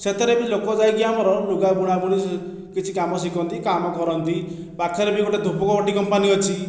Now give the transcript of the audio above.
ସେଥିରେ ବି ଲୋକ ଯାଇକି ଆମର ଲୁଗା ବୁଣା ବୁଣି କିଛି କାମ ଶିଖନ୍ତି କାମ କରନ୍ତି ପାଖରେ ବି ଗୋଟିଏ ଧୂପକାଠି କମ୍ପାନୀ ଅଛି